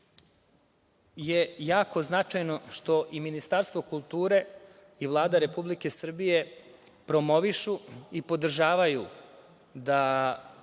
je jako značajno što i Ministarstvo kulture i Vlada Republike Srbije promovišu i podržavaju da